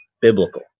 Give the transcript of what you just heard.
biblical